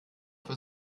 für